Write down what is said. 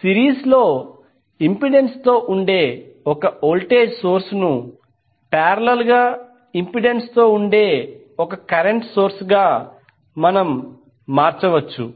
series లో ఇంపెడెన్స్తో ఉండే ఒక వోల్టేజ్ సోర్స్ ను పారేలల్ గా ఇంపెడెన్స్తో ఉండే కరెంట్ సోర్స్ గా మార్చవచ్చు